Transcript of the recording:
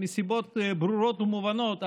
מסיבות ברורות ומובנות,